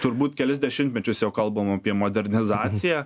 turbūt kelis dešimtmečius jau kalbama apie modernizaciją